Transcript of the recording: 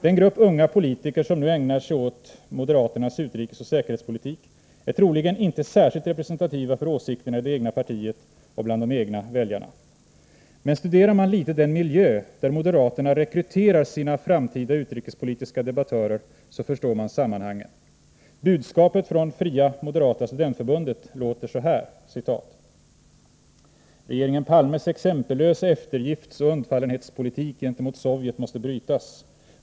Den grupp unga politiker som nu ägnar sig åt moderaternas utrikesoch säkerhetspolitik är troligen inte särskilt representativ för åsikterna i det egna partiet och bland de egna väljarna. Men studerar man litet den miljö där moderaterna rekryterar sina framtida utrikespolitiska debattörer, så förstår man sammanhangen. Budskapet från Fria moderata studentförbundet låter så här: ”Regeringen Palmes exempellösa eftergiftsoch undfallenhetspolitik gentemot Sovjet måste brytas.